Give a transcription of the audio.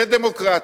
זה דמוקרטי.